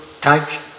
touch